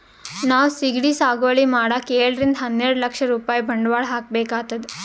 ನಾವ್ ಸಿಗಡಿ ಸಾಗುವಳಿ ಮಾಡಕ್ಕ್ ಏಳರಿಂದ ಹನ್ನೆರಡ್ ಲಾಕ್ ರೂಪಾಯ್ ಬಂಡವಾಳ್ ಹಾಕ್ಬೇಕ್ ಆತದ್